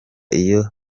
iyo